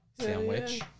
sandwich